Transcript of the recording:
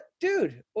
Dude